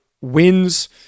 wins